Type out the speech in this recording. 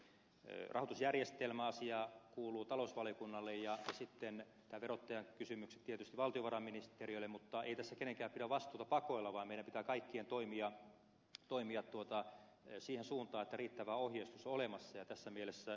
rahoitusjärjestelmäasia kuuluu talousvaliokunnalle ja sitten nämä verottajakysymykset tietysti valtiovarainministeriölle mutta ei tässä kenenkään pidä vastuuta pakoilla vaan meidän pitää kaikkien toimia siihen suuntaan että riittävä ohjeistus on olemassa ja tässä mielessä ed